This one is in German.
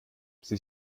sie